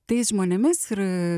tais žmonėmis ir